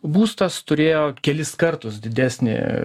būstas turėjo kelis kartus didesnį